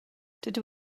dydw